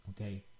okay